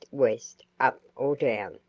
west, up, or down.